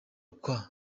kwa